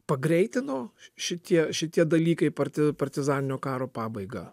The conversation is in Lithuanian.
pagreitino šitie šitie dalykai parti partizaninio karo pabaigą